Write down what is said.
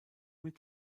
mit